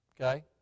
Okay